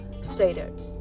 stated